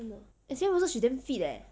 真的 actually roses she damn fit eh